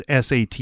SAT